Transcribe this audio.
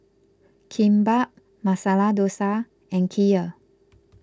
Kimbap Masala Dosa and Kheer